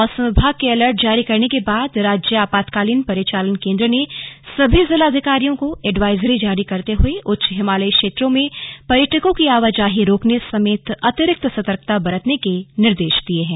मौसम विभाग के अलर्ट जारी करने के बाद राज्य आपातकालीन परिचालन केंद्र ने सभी जिलाधिकारियों को एडवाइजरी जारी करते हुए उच्च हिमालयी क्षेत्रों में पर्यटकों की आवाजाही रोकने समेत अतिरिक्त सतर्कता बरतने के निर्देश दिए हैं